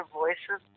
voices